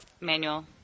Manual